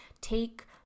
take